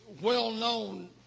well-known